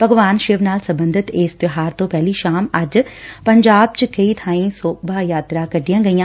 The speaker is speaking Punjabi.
ਭਗਵਾਨ ਸ਼ਿਵ ਨਾਲ ਸਬੰਧਤ ਇਸ ਤਿਉਹਾਰ ਤੋਂ ਪਹਿਲੀ ਸ਼ਾਮ ਅੱਜ ਪੰਜਾਬ ਚ ਕਈ ਬਾਈਂ ਸ਼ੋਭਾ ਯਾਤਰਾ ਕੱਢੀਆਂ ਗਈਆਂ